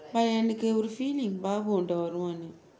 but எனக்கு ஒரு:enakku oru feeling babu உன்னிடம் வருவான்ட்டு:unnidam varuvannttu